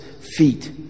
feet